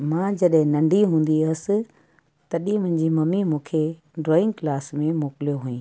मां जॾहिं नंढी हूंदी हुअसि तॾहिं मुंहिंजी मम्मी मूंखे ड्रॉईंग क्लास में मोकिलियो हुअईं